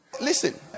Listen